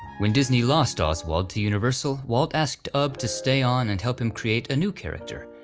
when disney lost oswald to universal, walt asked ub to stay on and help him create a new character.